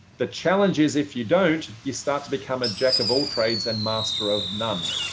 the challenges if you don't, you start to become a jack of all trades and master of none.